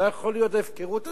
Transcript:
לא יכולה להיות ההפקרות הזאת.